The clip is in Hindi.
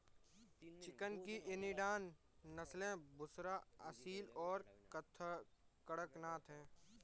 चिकन की इनिडान नस्लें बुसरा, असील और कड़कनाथ हैं